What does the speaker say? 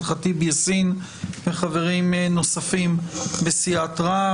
ח'טיב יאסין וחברים נוספים בסיעת רע"מ.